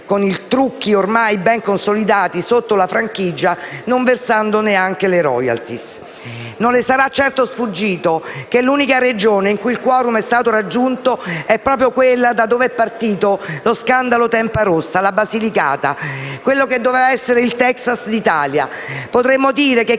Grazie a tutte